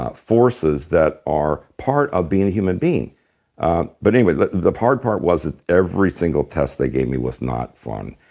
ah forces that are part of being a human being but anyway, the the hard part was that every single test they gave me was not fun.